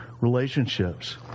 relationships